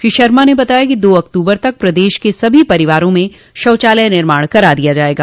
श्री शर्मा ने बताया कि दो अक्टूबर तक प्रदेश के सभी परिवारों में शौचालय का निर्माण करा दिया जायेगा